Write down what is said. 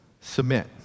submit